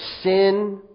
sin